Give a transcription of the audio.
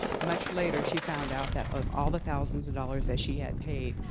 much later, she found out that of all the thousands of dollars that she had paid,